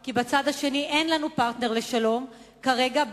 כי בצד השני אין לנו פרטנר לשלום כרגע,